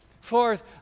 Fourth